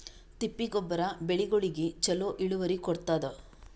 ತಿಪ್ಪಿ ಗೊಬ್ಬರ ಬೆಳಿಗೋಳಿಗಿ ಚಲೋ ಇಳುವರಿ ಕೊಡತಾದ?